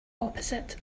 opposite